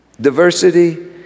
Diversity